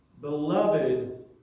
beloved